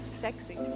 Sexy